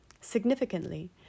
Significantly